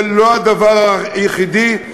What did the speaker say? זה לא הדבר היחידי,